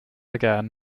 again